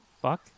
Fuck